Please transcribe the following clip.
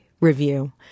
review